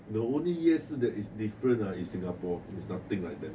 the only 夜市 that is different ah is singapore there's nothing like that